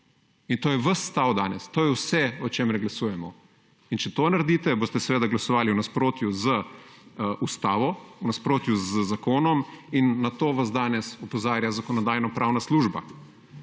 In to je ves stav danes. To je vse, o čemer glasujemo. In če to naredite, boste seveda glasovali v nasprotju z ustavo, v nasprotju z zakonom. In na to vas danes opozarja Zakonodajno-pravna služba.